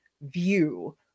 view